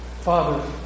Father